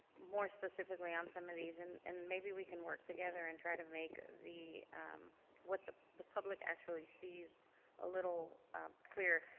more specifically on some of these and and maybe we can work together and try to make ah what the the public actually sees a little clearer.